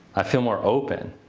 i feel more open.